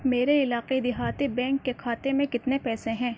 میرے علاقائی دیہاتی بینک کے کھاتے میں کتنے پیسے ہیں